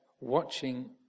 watching